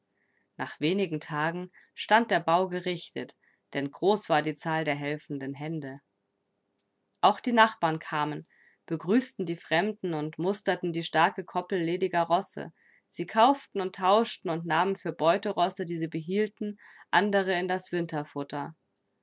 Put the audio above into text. nach wenigen tagen stand der bau gerichtet denn groß war die zahl der helfenden hände auch die nachbarn kamen begrüßten die fremden und musterten die starke koppel lediger rosse sie kauften und tauschten und nahmen für beuterosse die sie behielten andere in das winterfutter